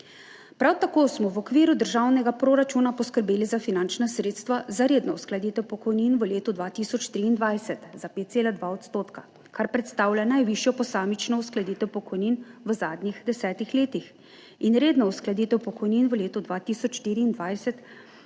Prav tako smo v okviru državnega proračuna poskrbeli za finančna sredstva za redno uskladitev pokojnin v letu 2023 za 5,2 %, kar predstavlja najvišjo posamično uskladitev pokojnin v zadnjih desetih letih, in redno uskladitev pokojnin v letu 2024 za 8,8 %, kar